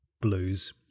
Blues